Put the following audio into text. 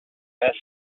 best